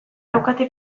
daukate